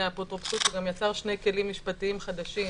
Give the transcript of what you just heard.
האפוטרופסות הוא גם יצר שני כלים משפטיים חדשים: